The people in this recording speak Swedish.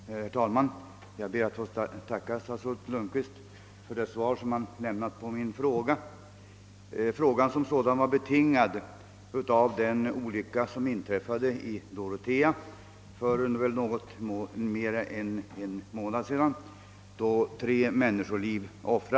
Herr talman! Jag ber att få tacka statsrådet Lundkvist för det svar han här lämnat på min fråga, vilken är betingad av den olycka, som inträffade i Dorotea för något mer än en månad sedan och där tre människoliv gick till spillo.